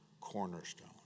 cornerstone